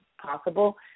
possible